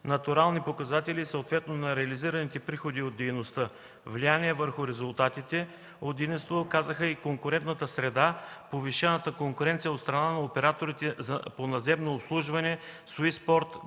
натурални показатели и съответно на реализираните приходи от дейността. Влияние върху резултатите от дейността оказаха и конкурентната среда, повишената конкуренция от страна на операторите по наземно обслужване